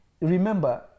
Remember